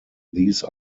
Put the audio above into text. these